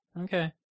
okay